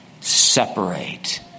separate